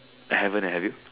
haven't eh have you